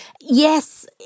yes